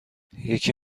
یکی